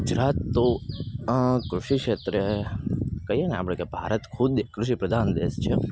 ગુજરાત તો કૃષિક્ષેત્રે કહીએને આપણે ભારત ખુદ એક કૃષિપ્રધાન દેશ છે